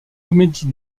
comédie